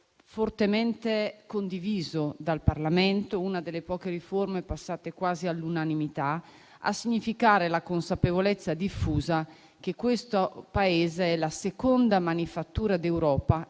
fortemente condiviso dal Parlamento, una delle poche riforme passate quasi all'unanimità, a significare la consapevolezza diffusa che questo Paese è la seconda manifattura d'Europa